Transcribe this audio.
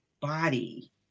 body